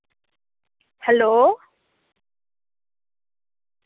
hello